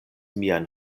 mian